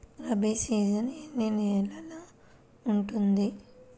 Rabi season ఎన్ని నెలలు ఉంటుంది?